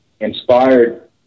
inspired